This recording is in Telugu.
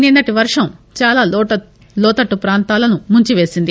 నిన్నటి వర్షం చాలా లోతట్లు ప్రాంతాలను ముంచిపేసింది